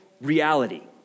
reality